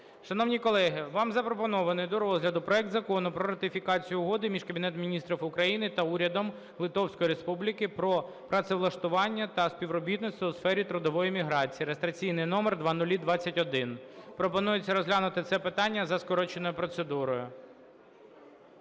Шановні колеги, вам запропонований до розгляду проект Закону про ратифікацію Угоди між Кабінетом Міністрів України та Урядом Литовської Республіки про працевлаштування та співробітництво у сфері трудової міграції (реєстраційний номер 0021). Пропонується розглянути це питання за скороченою процедурою.